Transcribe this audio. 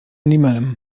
niemandem